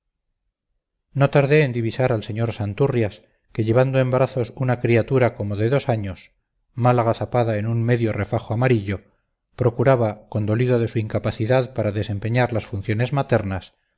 no tardé en divisar al sr santurrias que llevando en brazos una criatura como de dos años mal agazapada en un medio refajo amarillo procuraba condolido de su incapacidad para desempeñar las funciones maternas